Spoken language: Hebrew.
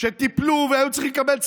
שטיפלו והיו צריכים לקבל צל"ש,